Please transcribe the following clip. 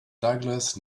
douglas